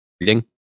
reading